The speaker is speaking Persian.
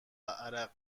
عرق